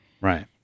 Right